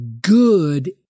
good